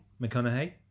McConaughey